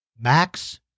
Max